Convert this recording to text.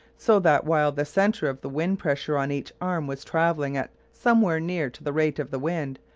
so that, while the centre of the wind pressure on each arm was travelling at somewhere near to the rate of the wind,